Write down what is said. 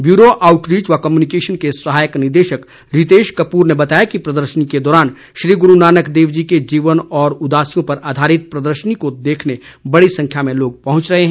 bureau outreach व communication के सहायक निदेशक रितेश कपूर ने बताया कि प्रदर्शनी के दौरान श्री गुरू नानक देव जी के जीवन और उदासियों पर आधारित प्रदर्शनी को देखने बड़ी संख्या में लोग पहुंच रहे हैं